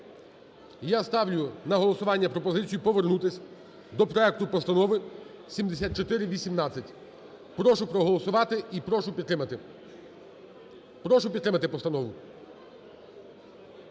Я ставлю на голосування пропозицію повернутися до проекту Постанови 7418. Прошу проголосувати і прошу підтримати. Прошу підтримати постанову,